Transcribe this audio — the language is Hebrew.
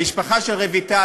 המשפחה של רויטל,